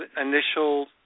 initial